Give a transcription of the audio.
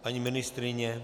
Paní ministryně?